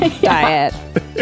diet